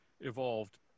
evolved